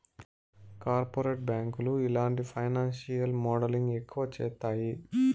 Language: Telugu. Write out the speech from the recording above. కార్పొరేట్ బ్యాంకులు ఇలాంటి ఫైనాన్సియల్ మోడలింగ్ ఎక్కువ చేత్తాయి